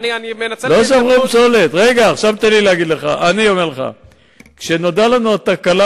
היה קורה שום דבר אילולא היו לנו שני פרצי